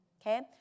okay